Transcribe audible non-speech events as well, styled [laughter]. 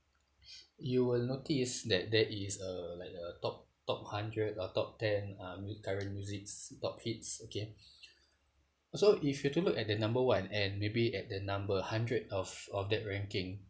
[breath] you will notice that there is a like a top top hundred or top ten uh mu~ current musics top hits okay [breath] so if you were to look at the number one and maybe at the number hundred of of that ranking